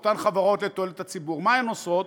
אותן חברות לתועלת הציבור, מה הן עושות?